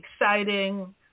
exciting